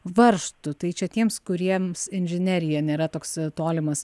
varžtų tai čia tiems kuriems inžinerija nėra toks tolimas